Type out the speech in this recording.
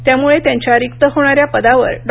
त्यामुळे त्यांच्या रिक्त होणाऱ्या पदावर डॉ